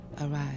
arrive